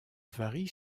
varie